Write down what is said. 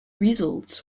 results